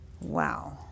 Wow